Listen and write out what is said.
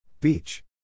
Beach